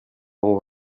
avons